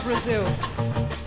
Brazil